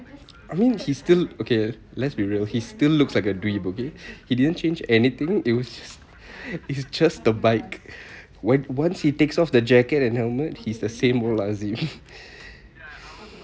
I mean he's still okay let's be real he still looks like a dweeb okay he didn't change anything it was just it just the bike on~ once he takes of the jacket and helmet he's the same old azim